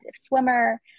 swimmer